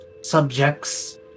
subjects